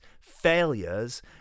failures